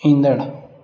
ईंदड़ु